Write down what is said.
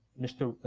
mr.